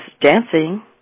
dancing